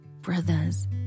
brothers